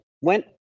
went